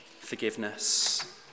Forgiveness